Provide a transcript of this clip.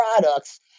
products